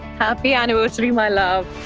happy anniversary, my love.